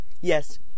yes